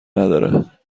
نداره